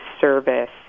service